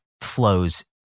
flows